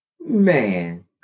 Man